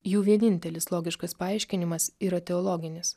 jų vienintelis logiškas paaiškinimas yra teologinis